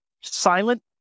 silent